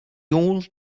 old